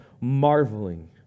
marveling